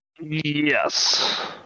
Yes